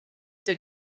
the